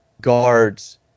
guards